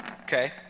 Okay